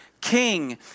king